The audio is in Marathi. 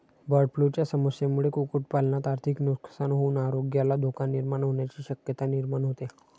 बर्डफ्लूच्या समस्येमुळे कुक्कुटपालनात आर्थिक नुकसान होऊन आरोग्याला धोका निर्माण होण्याची शक्यता निर्माण होते